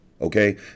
okay